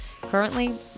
Currently